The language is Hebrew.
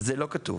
זה לא כתוב.